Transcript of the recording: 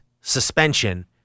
suspension